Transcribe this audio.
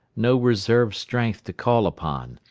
no reserve strength to call upon.